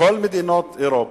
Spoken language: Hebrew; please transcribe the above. כל מדינות אירופה,